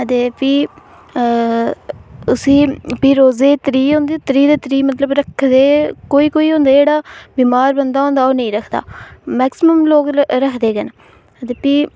अदे भी उसी भी रोजे त्रीह् होंदे त्रीह् दे त्रीह् मतलब रखदे कोई कई होंदा जेह्ड़ा बीमार बदा होंदा ओह् नेईं रखदा मैक्सीमम लोक रखदे गै न ते भी